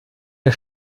der